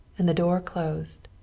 and the door closed.